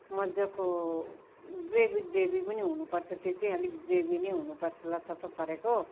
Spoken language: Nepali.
मज्जाको ग्रेबी ग्रेबी पनि हुनुपर्छ त्यो चाहिँ अलिक ग्रेबी नै हुनुपर्छ लतत परेको